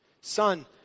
Son